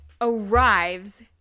arrives